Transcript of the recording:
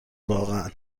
واقعا